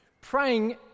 Praying